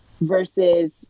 versus